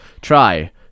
Try